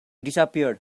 disappeared